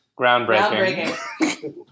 Groundbreaking